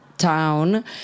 town